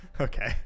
Okay